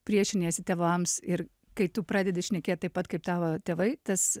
priešiniesi tėvams ir kai tu pradedi šnekėt taip pat kaip tavo tėvai tas